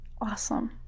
Awesome